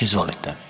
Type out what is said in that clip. Izvolite.